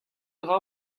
dra